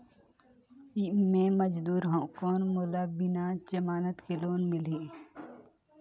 मे मजदूर हवं कौन मोला बिना जमानत के लोन मिलही?